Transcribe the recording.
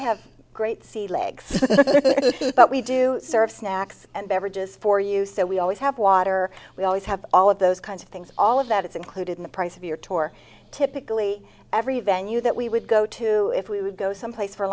have great sea legs but we do serve snacks and beverages for you so we always have water we always have all of those kinds of things all of that is included in the price of your tour typically every venue that we would go to if we would go someplace for